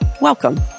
Welcome